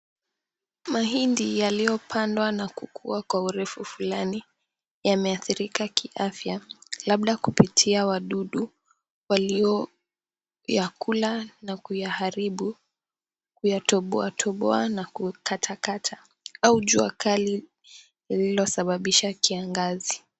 Mahindi yaliyopandwa na kukua kwa urefu fulani, yameathirika kiafya labda kupitia wadudu, walioyakula na kuyaharibu, kuyatoboa toboa na kukata kata, au jua kali lililosababisha kiangazi.